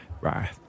Right